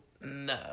No